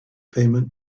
payment